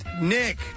Nick